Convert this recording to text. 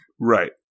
Right